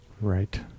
Right